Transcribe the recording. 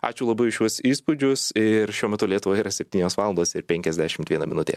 ačiū labai už šiuos įspūdžius ir šiuo metu lietuvoje yra septynios valandos ir penkiasdešimt viena minutė